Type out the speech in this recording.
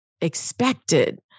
expected